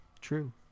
True